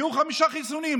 יהיו חמישה חיסונים,